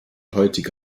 heutige